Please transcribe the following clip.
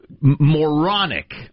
moronic